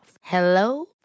Hello